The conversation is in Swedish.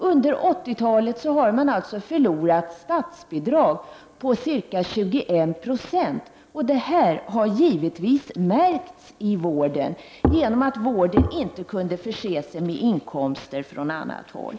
Under 80-talet har sjukvården förlorat statsbidrag på ca 21 20, och det har givetvis märkts i vården genom att denna inte kunnat förse sig med inkomster från annat håll.